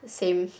same